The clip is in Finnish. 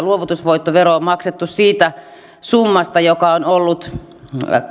luovutusvoittovero on maksettu siitä summasta joka on ollut